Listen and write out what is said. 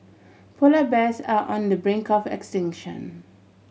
polar bears are on the brink of extinction